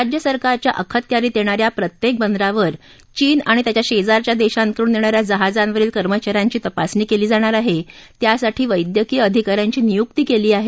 राज्यसरकारच्या अखत्यारित येणा या प्रत्येक बंदरावर चीन आणि त्याच्या शेजारच्या देशांकडून येणा या जहाजांवरील कर्मचाऱ्यांची तपासणी केली जाणार आहे त्यासाठी वैद्यकीय अधिका यांची नियुक्ती केली आहे